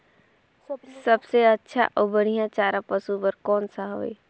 सबले अच्छा अउ बढ़िया चारा पशु बर कोन सा हवय?